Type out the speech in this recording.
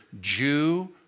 Jew